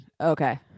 Okay